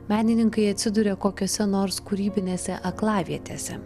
menininkai atsiduria kokiose nors kūrybinėse aklavietėse